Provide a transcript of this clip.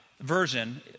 version